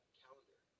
calendar